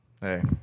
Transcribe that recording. hey